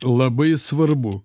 labai svarbu